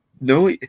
no